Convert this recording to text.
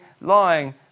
lying